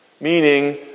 meaning